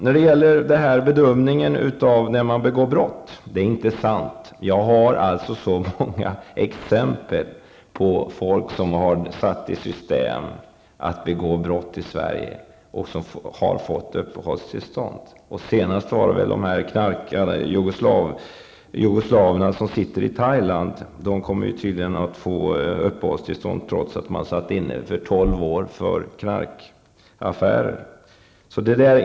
När det gäller bedömningen av när vederbörande begår brott, vill jag säga att det inte är sant vad som här påstods. Jag har så många exempel på folk som har satt i system att begå brott i Sverige och som har fått uppehållstillstånd. Senast var det de här knarkarna -- jugoslaverna -- som sitter i Thailand. De kommer tydligen att få uppehållstillstånd trots att de satt inne, dömda till tolv år för knarkaffärer.